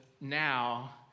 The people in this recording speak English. now